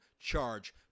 charge